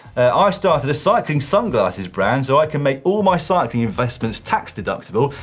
i started a cycling sunglasses brand so i can make all my cycling investments tax deductible.